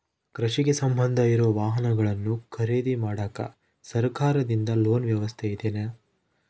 ಕೃಷಿಗೆ ಸಂಬಂಧ ಇರೊ ವಾಹನಗಳನ್ನು ಖರೇದಿ ಮಾಡಾಕ ಸರಕಾರದಿಂದ ಲೋನ್ ವ್ಯವಸ್ಥೆ ಇದೆನಾ?